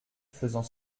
faisant